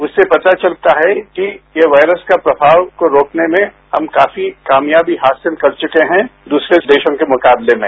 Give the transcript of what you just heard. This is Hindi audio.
उससे पता चलता है कि वायरस का प्रभाव को रोकने में हम काफी कामयाबी हासिल कर चुके हैं दूसरे देशों के मुकाबले में